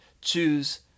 choose